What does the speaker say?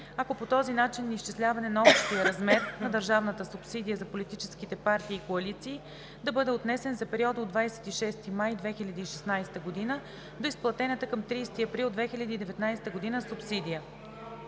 ако този начин на изчисляване на общия размер на държавната субсидия за политическите партии и коалиции да бъде отнесен за периода от 26 май 2016 г. до изплатената към 30 април 2019 г. субсидия.